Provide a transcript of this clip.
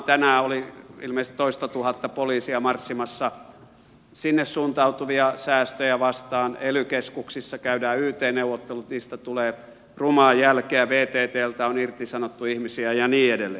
tänään oli ilmeisesti toistatuhatta poliisia marssimassa sinne suuntautuvia säästöjä vastaan ely keskuksissa käydään yt neuvottelut niistä tulee rumaa jälkeä vttltä on irtisanottu ihmisiä ja niin edelleen